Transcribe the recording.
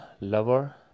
lover